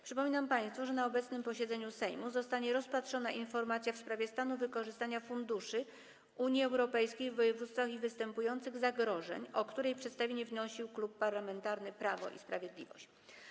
Przypominam państwu, że na obecnym posiedzeniu Sejmu zostanie rozpatrzona informacja w sprawie stanu wykorzystania funduszy Unii Europejskiej w województwach i występujących zagrożeń, o której przedstawienie wnosił Klub Parlamentarny Prawo i Sprawiedliwość.